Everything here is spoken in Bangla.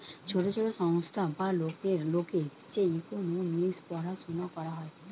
ছোট ছোট সংস্থা বা লোকের যে ইকোনোমিক্স পড়াশুনা করা হয়